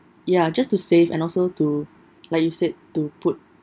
ya just to save and also to like you said to put